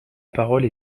parole